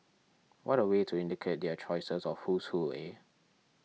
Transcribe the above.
what a way to indicate their choice of who's who eh